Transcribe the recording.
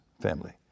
family